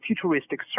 futuristic